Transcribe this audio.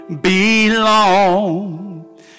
belong